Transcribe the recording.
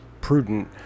prudent